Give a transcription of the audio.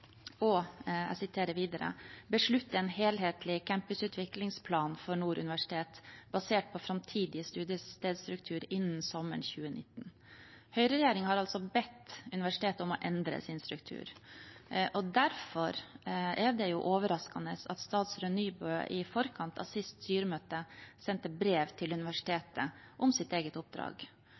Beslutte en helhetlig campusutviklingsplan for Nord universitet basert på fremtidig studiestedsstruktur innen sommeren 2019.» Høyreregjeringen har altså bedt universitetet om å endre sin struktur. Derfor er det overraskende at statsråd Nybø i forkant av sist styremøte sendte brev til universitetet om sitt eget oppdrag.